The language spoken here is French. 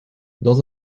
dans